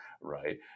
right